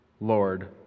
Lord